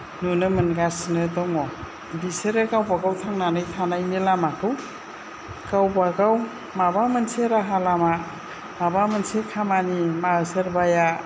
नुनो मोनगासिनो दङ बिसोरो गावबा गाव थांनानै थानायनि लामाखौ गावबा गाव माबा मोनसे राहा लामा माबा मोनसे खामानि सोरबाया